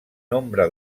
nombre